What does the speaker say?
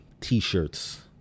t-shirts